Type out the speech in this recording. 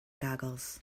goggles